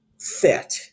fit